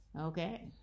Okay